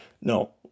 No